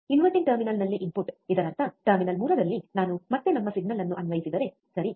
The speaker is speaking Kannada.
ಇನ್ವರ್ಟಿಂಗ್ ಟರ್ಮಿನಲ್ನಲ್ಲಿ ಇನ್ಪುಟ್ ಇದರರ್ಥ ಟರ್ಮಿನಲ್ 3 ನಲ್ಲಿ ನಾನು ಮತ್ತೆ ನಮ್ಮ ಸಿಗ್ನಲ್ ಅನ್ನು ಅನ್ವಯಿಸಿದರೆ ಸರಿ